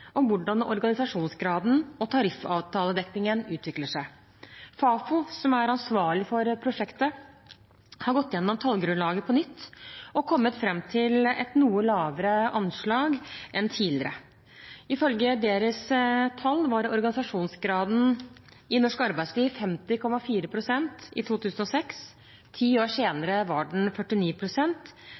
om hvordan organisasjonsgraden og tariffavtaledekningen utvikler seg. Fafo, som er ansvarlig for prosjektet, har gått gjennom tallgrunnlaget på nytt og kommet fram til et noe lavere anslag enn tidligere. Ifølge deres tall var organisasjonsgraden i norsk arbeidsliv 50,4 pst. i 2006. Ti år senere var den